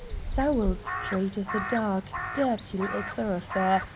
sowell street is a dark, dirty little thoroughfare,